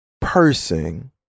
person